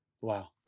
Wow